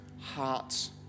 heart's